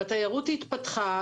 התיירות התפתחה,